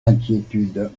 inquiétudes